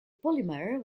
polymer